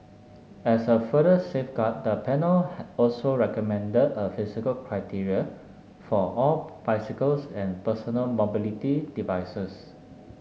as a further safeguard the panel also recommended a physical criteria for all bicycles and personal mobility devices